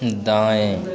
दाएँ